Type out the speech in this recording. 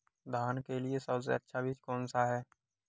धान के लिए सबसे अच्छा बीज कौन सा है?